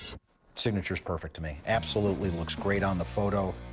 signature's perfect to me. absolutely looks great on the photo.